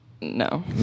No